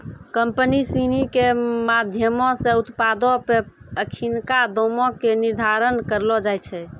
company सिनी के माधयमो से उत्पादो पे अखिनका दामो के निर्धारण करलो जाय छै